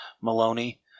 maloney